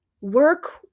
work